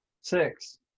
Six